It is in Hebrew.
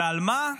ועל מה?